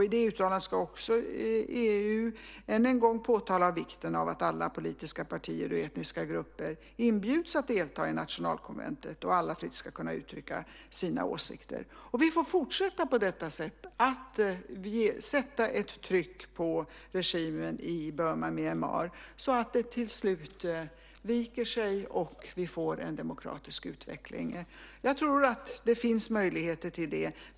I det uttalandet ska också EU än en gång påtala vikten av att alla politiska partier och etniska grupper inbjuds att delta i nationalkonventet och att alla fritt ska få uttrycka sina åsikter. Vi får fortsätta att på detta sätt utöva ett tryck på regimen i Burma/Myanmar så att den till slut viker sig och vi får en demokratisk utveckling. Jag tror att det finns möjligheter till det.